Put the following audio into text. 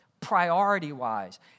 priority-wise